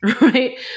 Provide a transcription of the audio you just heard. right